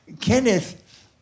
Kenneth